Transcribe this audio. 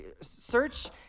Search